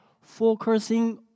focusing